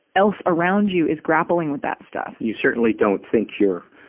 else around you is grappling with that stuff. you certainly don't think your,